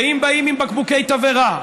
ואם באים עם בקבוקי תבערה,